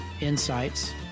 insights